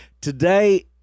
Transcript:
today